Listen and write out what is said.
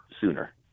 sooner